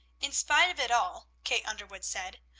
in spite of it all, kate underwood said,